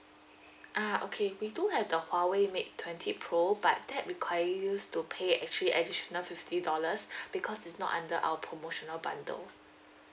ah okay we do have the huawei mate twenty pro but that requires you to pay actually additional fifty dollars because it's not under our promotional bundle